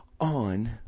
on